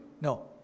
No